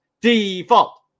Default